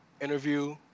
interview